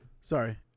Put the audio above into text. sorry